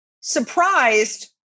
surprised